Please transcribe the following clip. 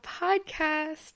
Podcast